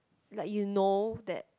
like you know that